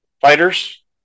fighters